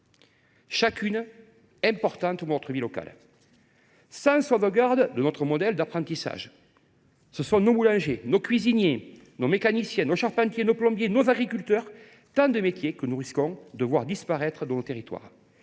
toutes importantes pour notre vie locale. Sans sauvegarde de notre modèle d’apprentissage, ce sont nos boulangers, nos cuisiniers, nos mécaniciens, nos charpentiers, nos plombiers, nos agriculteurs, et tant d’autres métiers encore, que nous pourrions voir disparaître de nos territoires.